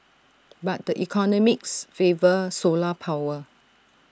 but the economics favour solar power